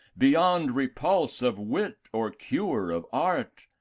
beyond repulse of wit or cure of art.